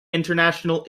international